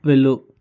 వెళ్ళు